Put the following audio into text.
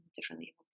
differently